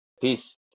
peace